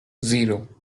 zero